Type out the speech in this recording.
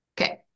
Okay